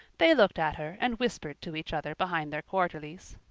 they looked at her and whispered to each other behind their quarterlies.